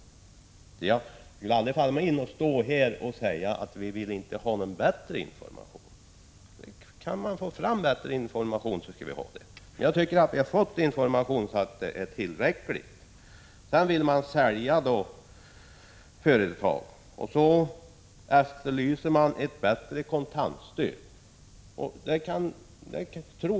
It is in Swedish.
Det skulle aldrig falla mig in att stå här och säga att vi inte vill ha bättre information, för kan man få fram bättre information så skall vi ha det, men jag tycker att vi har fått tillräcklig information. Vidare vill man sälja företag, och så efterlyser man ett bättre kontantstöd.